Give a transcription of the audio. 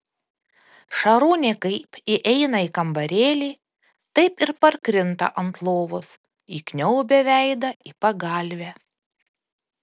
šarūnė kaip įeina į kambarėlį taip ir parkrinta ant lovos įkniaubia veidą į pagalvę